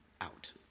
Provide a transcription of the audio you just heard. out